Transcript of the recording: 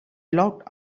locked